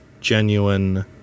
genuine